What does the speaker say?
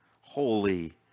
holy